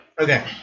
Okay